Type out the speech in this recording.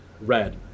Red